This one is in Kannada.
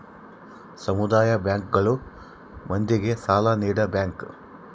ಸಮುದಾಯ ಬ್ಯಾಂಕ್ ಗಳು ಮಂದಿಗೆ ಸಾಲ ನೀಡ ಬ್ಯಾಂಕ್